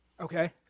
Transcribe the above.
Okay